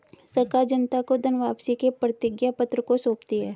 सरकार जनता को धन वापसी के प्रतिज्ञापत्र को सौंपती है